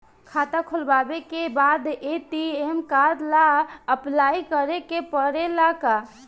खाता खोलबाबे के बाद ए.टी.एम कार्ड ला अपलाई करे के पड़ेले का?